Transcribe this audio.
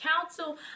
council